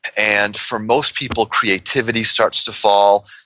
and for most people, creativity starts to fall,